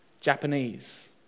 Japanese